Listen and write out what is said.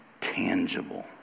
tangible